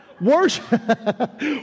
Worship